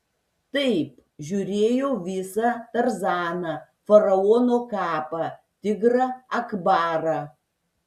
taip žiūrėjau visą tarzaną faraono kapą tigrą akbarą